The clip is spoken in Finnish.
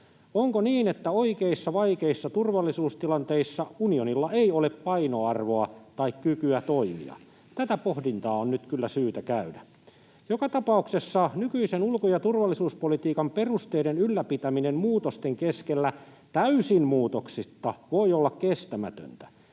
Onko niin, että oikeissa vaikeissa turvallisuustilanteissa unionilla ei ole painoarvoa tai kykyä toimia? Tätä pohdintaa on nyt kyllä syytä käydä. Joka tapauksessa nykyisten ulko‑ ja turvallisuuspolitiikan perusteiden ylläpitäminen muutosten keskellä täysin muutoksitta voi olla kestämätöntä.